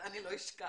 אני לא אשכח.